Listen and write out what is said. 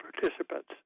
participants